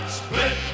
split